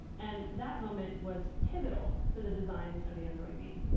and that moment was pivotal for the design of android beam.